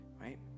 right